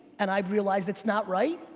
and i've realized it's not right,